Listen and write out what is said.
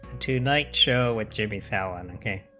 two night show what should be found and and